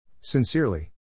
Sincerely